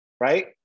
right